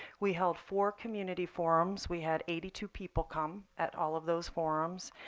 we held four community forums. we had eighty two people come at all of those forums.